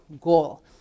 goal